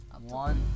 One